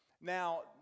now